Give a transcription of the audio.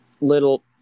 little